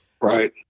Right